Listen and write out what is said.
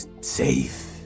safe